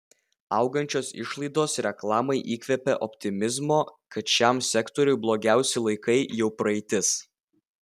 augančios išlaidos reklamai įkvepia optimizmo kad šiam sektoriui blogiausi laikai jau praeitis